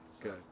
good